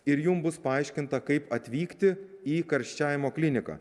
ir jums bus paaiškinta kaip atvykti į karščiavimo kliniką